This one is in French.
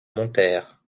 montèrent